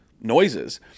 noises